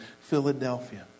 Philadelphia